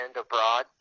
abroad